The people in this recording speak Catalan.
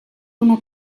una